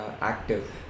active